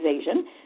Asian